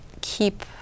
keep